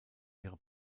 ihre